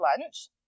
lunch